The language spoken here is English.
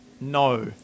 No